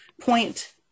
point